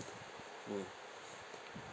mm